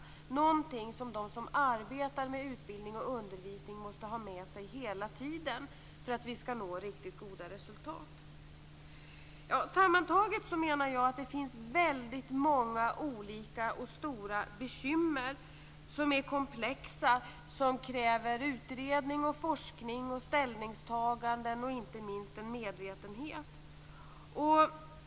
Det är någonting som de som arbetar med utbildning och undervisning måste ha med sig hela tiden för att vi skall nå riktigt goda resultat. Sammantaget menar jag att det finns väldigt många stora och komplexa bekymmer som kräver utredning, forskning, ställningstaganden och inte minst en medvetenhet.